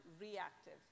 reactive